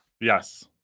Yes